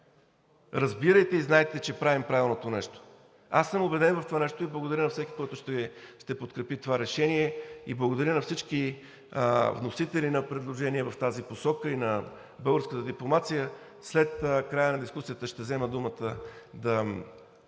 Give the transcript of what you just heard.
разбирайте и знайте, че правим правилното нещо. Аз съм убеден в това нещо и благодаря на всеки, който ще подкрепи това решение. Благодаря на всички вносители на предложения в тази посока и на българската дипломация. След края на дискусията ще взема думата да